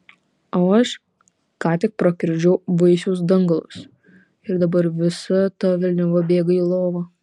o aš ką tik prakiurdžiau vaisiaus dangalus ir dabar visa ta velniava bėga į lovą